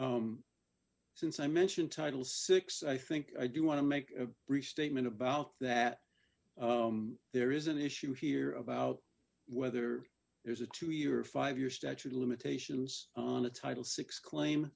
since i mention title six i think i do want to make a brief statement about that there is an issue here about whether there's a two year five year statute of limitations on a title six claim